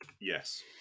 yes